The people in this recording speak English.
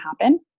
happen